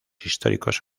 históricos